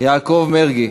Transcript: יעקב מרגי.